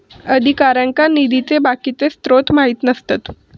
अधिकाऱ्यांका निधीचे बाकीचे स्त्रोत माहित नसतत